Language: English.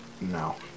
No